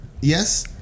Yes